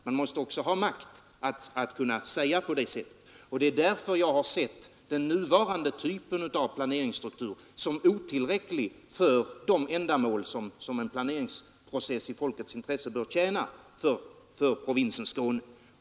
Man måste ha makt att kunna säga också på det sättet. Jag har sett den nuvarande typen av planeringsstruktur som otillräcklig för de ändamål som en planeringsprocess i folkets intressen bör tjäna för provinsen Skåne.